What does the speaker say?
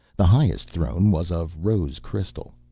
the highest throne was of rose crystal.